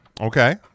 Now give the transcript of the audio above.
Okay